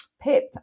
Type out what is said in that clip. Pip